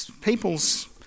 people's